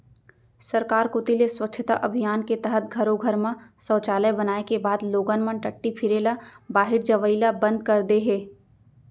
सरकार कोती ले स्वच्छता अभियान के तहत घरो घर म सौचालय बनाए के बाद लोगन मन टट्टी फिरे ल बाहिर जवई ल बंद कर दे हें